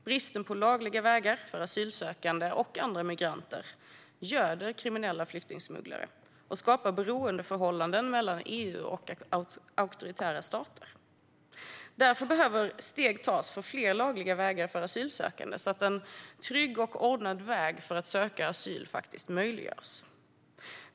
Bristen på lagliga vägar för asylsökande och andra migranter göder kriminella flyktingsmugglare och skapar beroendeförhållanden mellan EU och auktoritära stater. Därför behöver steg tas för fler lagliga vägar för asylsökande så att en trygg och ordnad väg för att söka asyl möjliggörs.